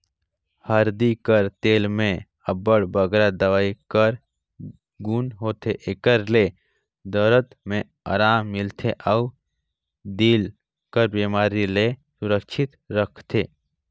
हरदी कर तेल में अब्बड़ बगरा दवई कर गुन होथे, एकर ले दरद में अराम मिलथे अउ दिल कर बेमारी ले सुरक्छित राखथे